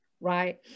right